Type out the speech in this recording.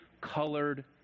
colored